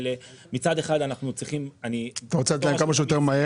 אתה רוצה לתת להם כמה שיותר מהר.